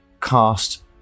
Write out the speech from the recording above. cast